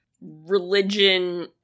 religion